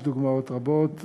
יש דוגמאות רבות,